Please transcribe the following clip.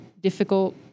difficult